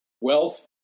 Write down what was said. wealth